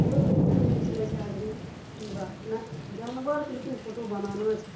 ओकरो भी फोटो घीच लै छै आदमी ई बात नहि जानबरके लेकिन फोटो बनाना चाही